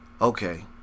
okay